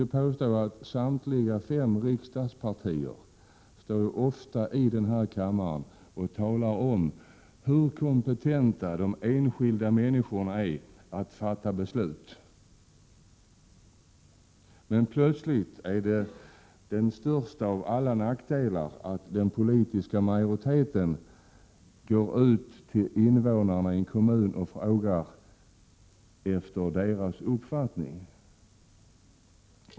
Företrädare för samtliga fem riksdagspartier står ofta här i kammaren och talar om hur kompetenta de enskilda människorna är att fatta beslut. Men plötsligt är det den största av alla nackdelar att den politiska majoriteten i en kommun går ut till invånarna och frågar efter deras uppfattning.